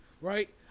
right